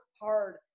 hard